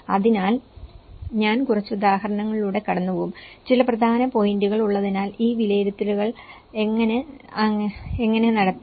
അതിനാൽ ഞാൻ കുറച്ച് ഉദാഹരണങ്ങളിലൂടെ കടന്നുപോകും ചില പ്രധാന പോയിന്റുകൾ ഉള്ളതിനാൽ ഈ വിലയിരുത്തൽ അങ്ങനെ നടത്തി